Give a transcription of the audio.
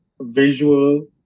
visual